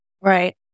Right